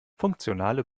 funktionale